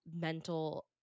mental